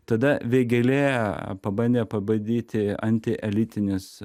tada vėgėlė pabandė pabadyti anti elitinis